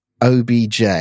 OBJ